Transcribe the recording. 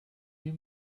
you